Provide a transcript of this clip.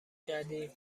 کردی